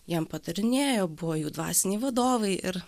jiem patarinėjo buvo jų dvasiniai vadovai ir